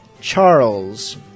Charles